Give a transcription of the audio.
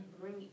bring